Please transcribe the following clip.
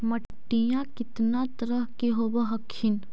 मिट्टीया कितना तरह के होब हखिन?